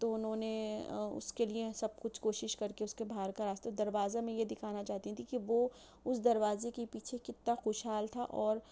تو اُنہوں نے اُس کے لئے سب کچھ کوشش کر کے اُس کے باہر کا راستہ دروازہ میں یہ دکھانا چاہتی تھیں کہ وہ اُس دروازے کے پیچھے کتنا خوش حال تھا اور